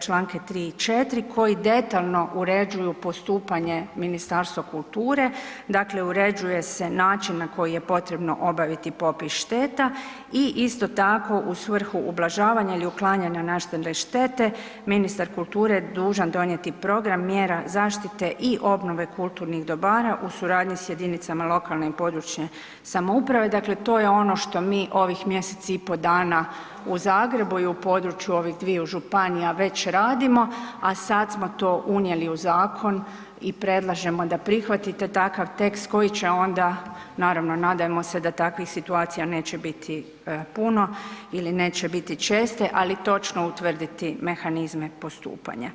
članke 3. i 4. koji detaljno uređuju postupanje Ministarstva kulture, dakle uređuje se način na koji je potrebno obaviti popis šteta i isto tako u svrhu ublažavanja ili uklanjanja nastale štete, ministar kulture je dužan donijeti program mjera zaštite i obnove kulturnih dobara u suradnji s jedinicama lokalne i područne samouprave, dakle to je ono što mi ovih mjesec i pol dana u Zagrebu i u području ovih dviju županija već radimo, a sad smo to unijeli u zakon i predlažemo da prihvatite takav tekst koji će onda, naravno, nadajmo se da takvih situacija neće biti puno ili neće biti česte, ali točno utvrditi mehanizme postupanja.